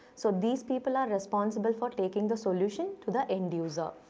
so these people are responsible for taking the solution to the end-user.